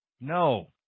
No